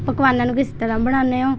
ਪਕਵਾਨਾਂ ਨੂੰ ਕਿਸ ਤਰ੍ਹਾਂ ਬਣਾਉਂਦੇ ਹੋ